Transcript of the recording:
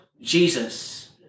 Jesus